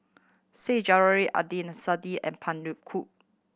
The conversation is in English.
Said Zahari Adnan Saidi and Pan Cheng Lui